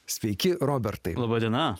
sveiki robertai laba diena